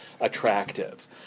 attractive